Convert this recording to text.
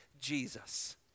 Jesus